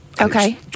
Okay